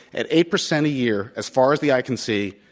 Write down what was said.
at eight percent a year, as far as the eye can see,